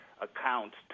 accounts